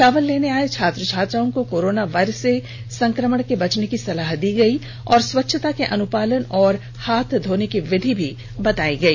चावल लेने आए छात्र छात्राओं को कोरोना वायरस के संक्रमण से बचने की सलाह दी गई और स्वच्छता के अनुपालन और हाथ धोने की विधि भी बताई गई